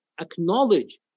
acknowledge